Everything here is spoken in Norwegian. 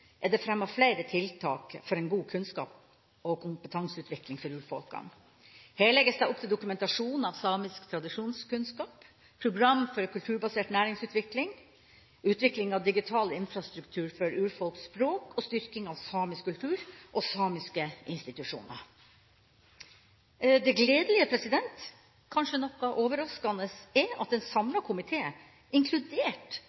er det fremmet flere tiltak for en god kunnskaps- og kompetanseutvikling for urfolkene. Her legges det opp til dokumentasjon av samisk tradisjonskunnskap, program for kulturbasert næringsutvikling, utvikling av digital infrastruktur for urfolks språk og styrking av samisk kultur og samiske institusjoner. Det gledelige – og kanskje noe overraskende – er at en